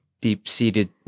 deep-seated